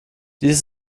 dies